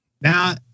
Now